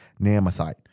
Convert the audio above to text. Namathite